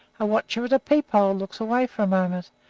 a watcher at a peep-hole looks away for a moment,